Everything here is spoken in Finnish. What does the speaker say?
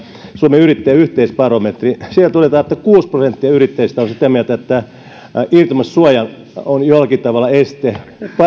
suomen yrittäjien yhteisbarometri todetaan että kuusi prosenttia yrittäjistä on sitä mieltä että irtisanomissuoja on jollakin tavalla este